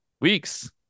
weeks